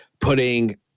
putting